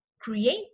create